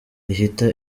ihita